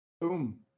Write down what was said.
Boom